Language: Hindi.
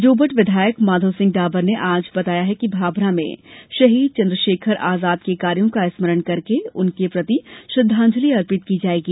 जोबट विधायक माधौसिंह डाबर ने आज बताया कि भाभरा में शहीद चंद्रशेखर आजाद के कार्यों का स्मरण करके उनके प्रति श्रद्धांजलि अर्पित की जाएगी